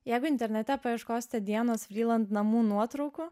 jeigu internete paieškosite dianos vriland namų nuotraukų